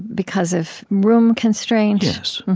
because of room constraints? yes.